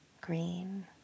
green